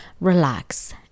relax